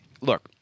look